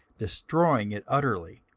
destroying it utterly,